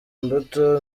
imbuto